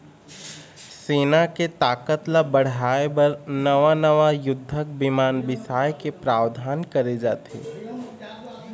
सेना के ताकत ल बढ़ाय बर नवा नवा युद्धक बिमान बिसाए के प्रावधान करे जाथे